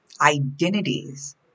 identities